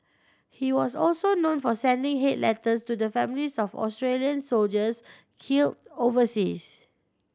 he was also known for sending hate letters to the families of Australian soldiers killed overseas